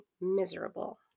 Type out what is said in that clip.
miserable